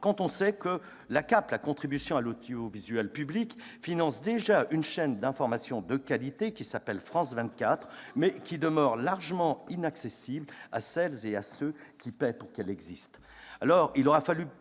quand on sait que la contribution à l'audiovisuel public, la CAP, finance déjà une chaîne d'information de qualité qui s'appelle France 24, mais qui demeure largement inaccessible à celles et ceux qui paient pour qu'elle existe.